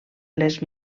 les